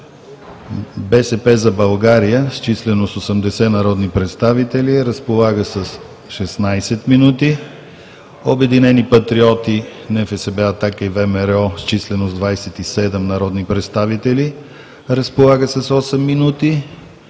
„БСП за България“ – с численост 80 народни представители, разполагат с 16 минути; „Обединени патриоти“ – НФСБ, „Атака“ и ВМРО, с численост 27 народни представители, разполагат с 8 минути;